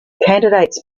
candidates